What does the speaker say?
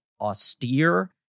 austere